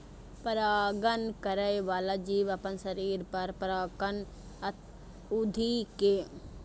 परागण करै बला जीव अपना शरीर पर परागकण उघि के एक पौधा सं दोसर पौधा धरि पहुंचाबै छै